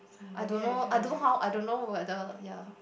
I don't know I don't know how I don't know whether ya